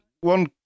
one